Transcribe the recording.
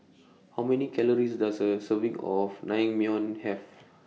How Many Calories Does A Serving of Naengmyeon Have